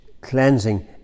cleansing